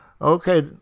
Okay